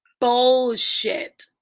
bullshit